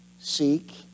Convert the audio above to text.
seek